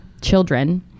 children